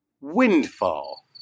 Windfall